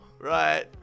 right